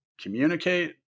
communicate